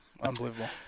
Unbelievable